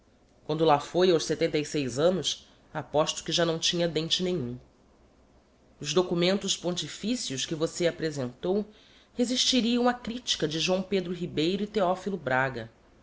quando lá foi aos setenta e seis annos aposto que já não tinha dente nenhum os documentos pontificios que vossê apresentou resistiriam á critica de joão pedro ribeiro e theophilo braga